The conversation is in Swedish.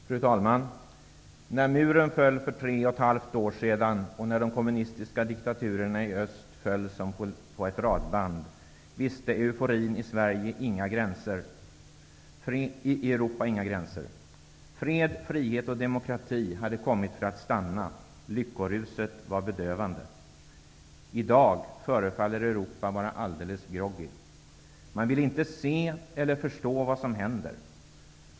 Fru talman! När muren föll för tre och ett halvt år sedan, och när de kommunistiska diktaturerna i öst föll som på ett radband, visste euforin i Europa inga gränser. Fred, frihet och demokrati hade kommit för att stanna. Lyckoruset var bedövande. I dag förefaller Europa vara alldeles groggy. Man vill inte se eller förstå vad som händer.